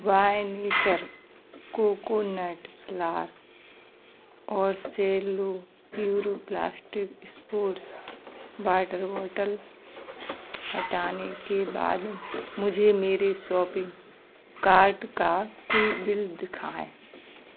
bye nature Flair और Cello Puro plastic sports water bottle हटाने के बाद मुझे मेरे सापिंग कार्ट का कुल बिल दिखाएँ